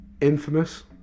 Infamous